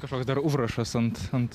kažkoks dar užrašas ant ant